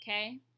okay